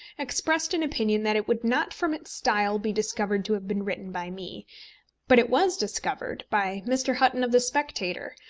expressed an opinion that it would not from its style be discovered to have been written by me but it was discovered by mr. hutton of the spectator,